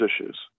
issues